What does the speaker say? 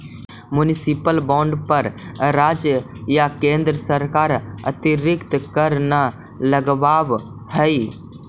municipal bond पर राज्य या केन्द्र सरकार अतिरिक्त कर न लगावऽ हइ